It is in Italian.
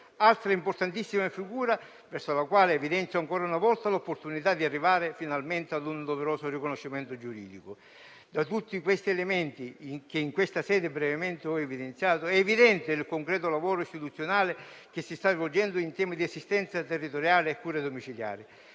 altra importantissima figura verso la quale evidenzio ancora una volta l'opportunità di arrivare finalmente a un doveroso riconoscimento giuridico. Da tutti questi elementi, che in questa sede brevemente ho sottolineato, risulta evidente il concreto lavoro istituzionale che si sta svolgendo in tema di assistenza territoriale e cure domiciliari.